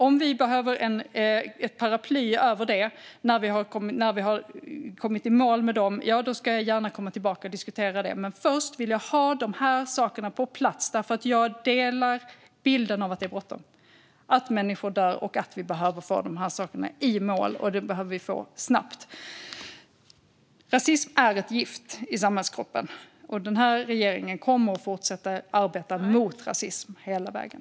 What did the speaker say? Om vi behöver ett paraply över dem när vi har kommit i mål återkommer jag gärna och diskuterar det. Men först vill jag ha det här på plats, för jag delar bilden av att det är bråttom, att människor dör och att vi behöver få detta snabbt i mål. Rasism är ett gift i samhällskroppen, och regeringen kommer att fortsätta att arbeta mot rasism hela vägen.